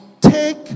take